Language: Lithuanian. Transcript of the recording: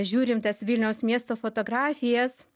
žiūrim tas vilniaus miesto fotografijas